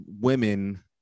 women